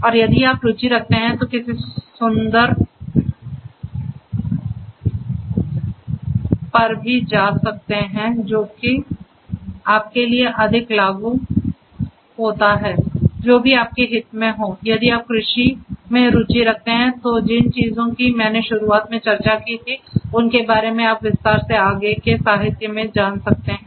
और यदि आप रुचि रखते हैं तो किसी सुंदर पर भी जा सकते हैं जो आपके लिए अधिक लागू होता है जो भी आपके हित में हो यदि आप कृषि में रुचि रखते हैं तो जिन चीजों की मैंने शुरुआत में चर्चा की थी उनके बारे में आप विस्तार से आगे के साहित्य में जान सकते हैं